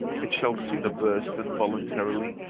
it shall sooner burst, than voluntarily,